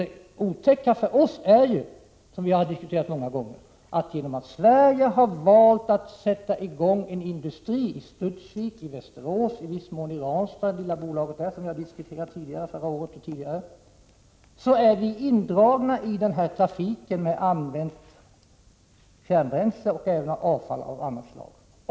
Det otäcka för oss är, vilket vi har diskuterat många gånger, att genom att Sverige har valt att sätta i gång en industri, i Studsvik i Västerås och i viss mån i det lilla bolaget i Ranstad, som vi har diskuterat förra året och tidigare, är vårt land indraget i trafiken med använt kärnbränsle och även avfall av annat slag.